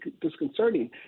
disconcerting